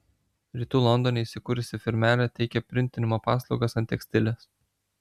rytų londone įsikūrusi firmelė teikia printinimo paslaugas ant tekstiles